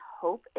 hope